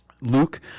Luke